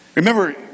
Remember